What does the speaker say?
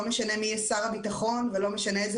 לא משנה מי יהיה שר הביטחון ולא משנה איזה